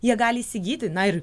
jie gali įsigyti na ir